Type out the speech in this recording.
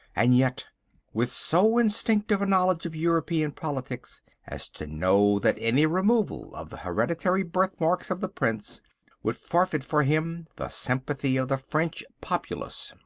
and yet with so instinctive a knowledge of european politics as to know that any removal of the hereditary birth-marks of the prince would forfeit for him the sympathy of the french populace.